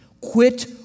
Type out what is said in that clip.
Quit